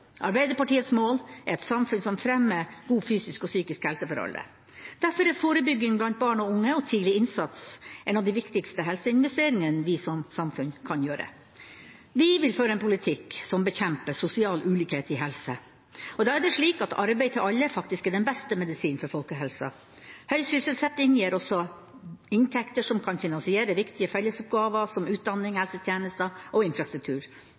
Arbeiderpartiets mål er et samfunn som fremmer god fysisk og psykisk helse for alle. Derfor er forebygging blant barn og unge og tidlig innsats en av de viktigste helseinvesteringene vi som samfunn kan gjøre. Vi vil føre en politikk som bekjemper sosial ulikhet i helse. Da er det slik at arbeid til alle faktisk er den beste medisin for folkehelsa. Høy sysselsetting gir også inntekter som kan finansiere viktige fellesoppgaver som utdanning, helsetjenester og infrastruktur.